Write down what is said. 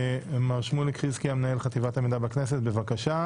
מר שמוליק חזקיה, מנהל חטיבת המידע בכנסת, בבקשה.